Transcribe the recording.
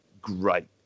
Great